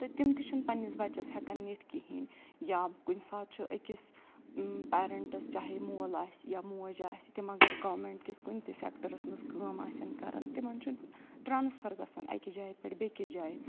تہٕ تِم تہِ چھُنہٕ پنٛنِس بَچَس ہٮ۪کَان نِتھ کِہیٖنۍ یا کُنہِ ساتہٕ چھُ أکِس پیرَنٹس چاہے مول آسہِ یا موج آسہِ تِم اگر گورمنٹ کِس کُنہِ تہِ سٮ۪کٹَرَس منٛز کٲم آسان کَرَان تِمَن چھُنہٕ ٹرانسفَر گژھان اَکہِ جایہِ پٮ۪ٹھ بیٚکِس جایہِ